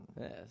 Yes